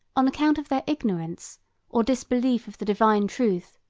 on account of their ignorance or disbelief of the divine truth,